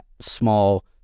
small